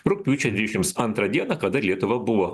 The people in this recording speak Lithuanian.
rugpjūčio dvidešimt antrą dieną kada lietuva buvo